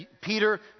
Peter